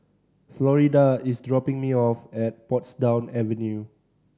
Florida is dropping me off at Portsdown Avenue